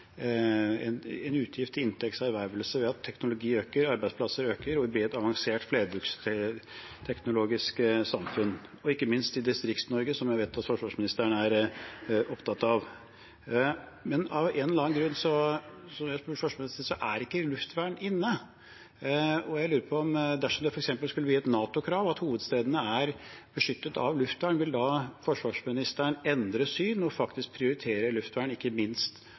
avansert flerbruksteknologisk samfunn – ikke minst i Distrikts-Norge, som jeg vet at forsvarsministeren er opptatt av. Men av en eller annen grunn er ikke luftvern inne. Jeg lurer på – dersom det f.eks. skulle bli et NATO-krav at hovedstedene er beskyttet av luftvern – om forsvarsministeren vil endre syn og faktisk prioritere luftvern, ikke minst